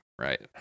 right